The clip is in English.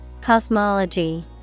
cosmology